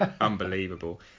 unbelievable